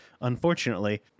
Unfortunately